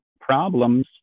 problems